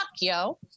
yo